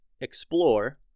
explore